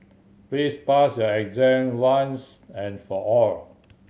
please pass your exam once and for all